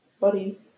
buddy